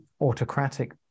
autocratic